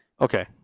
Okay